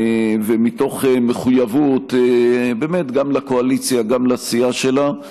ומתוך מחויבות גם לקואליציה וגם לסיעה שלה.